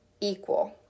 equal